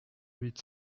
huit